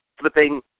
flipping